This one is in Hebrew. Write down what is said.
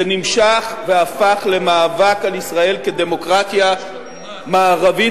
זה נמשך והפך למאבק על ישראל כדמוקרטיה מערבית,